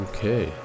Okay